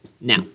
Now